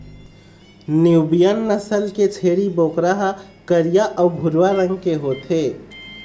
Nubian नसल के छेरी बोकरा ह करिया अउ भूरवा रंग के होथे